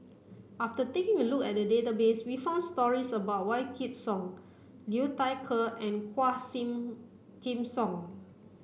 after taking a look at the database we found stories about Wykidd Song Liu Thai Ker and Quah Sing Kim Song